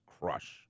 crush